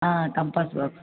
हा compass box